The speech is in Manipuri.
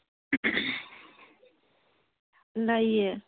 ꯂꯩꯌꯦ